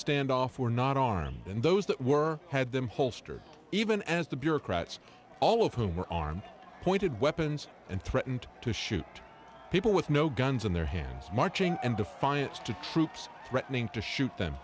standoff were not armed and those that were had them holster even as the bureaucrats all of whom were armed pointed weapons and threatened to shoot people with no guns in their hands much ng in defiance to troops threatening to shoot them